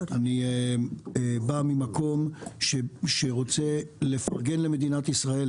אני בא ממקום שרוצה לפרגן למדינת ישראל.